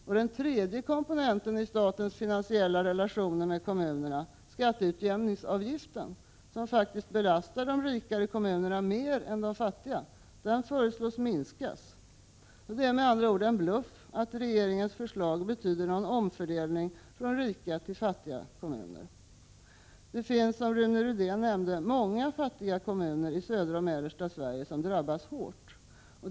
Och den tredje komponenten i statens finansiella relationer till kommunerna — skatteutjämningsavgiften, som faktiskt belastar de rika kommunerna mer än de fattiga — föreslås minska. Det är med andra ord en bluff att regeringens förslag betyder en omfördelning från rika till fattiga kommuner. Det finns, som Rune Rydén nämnde, många fattiga kommuner i södra och mellersta Sverige som drabbas hårt.